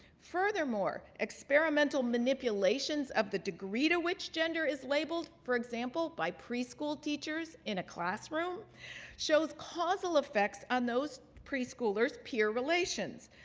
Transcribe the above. furthermore, experimental manipulations of the degree to which gender is labeled, for example, by preschool teachers in a classroom shows causal effects on those preschoolers' peer relations,